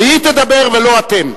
והיא תדבר ולא אתם.